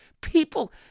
People